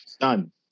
done